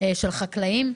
ושל חקלאים.